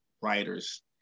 writers